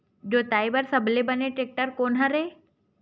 जोताई बर सबले बने टेक्टर कोन हरे?